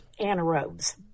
anaerobes